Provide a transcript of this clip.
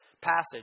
passage